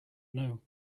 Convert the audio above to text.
know